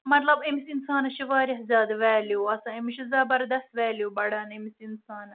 مطلب أمِس انسانس چھُ واریاہ زیادٕ ویلِو آسان أمِس چھُ زبردست ویلو بڑان أمِس انسانسن